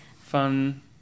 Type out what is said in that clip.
fun